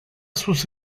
sus